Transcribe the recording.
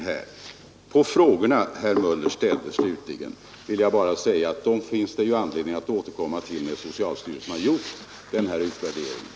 16 Till de frågor herr Möller ställde finns det anledning att återkomma när socialstyrelsen gjort den här utvärderingen